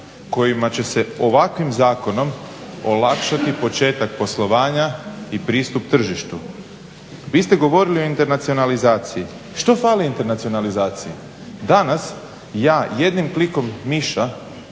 kojima će se ovakvim zakonom olakšati početak poslovanja i pristup tržištu. Vi ste govorili o internacionalizaciji. Što fali internacionalizaciji? Danas ja jednim klikom miša